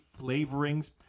flavorings